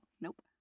Nope